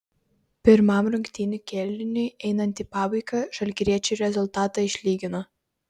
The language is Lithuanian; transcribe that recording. pirmam rungtynių kėliniui einant į pabaigą žalgiriečiai rezultatą išlygino